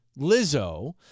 Lizzo